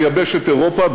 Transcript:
ביבשת אירופה,